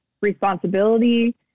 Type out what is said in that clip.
responsibility